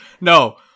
No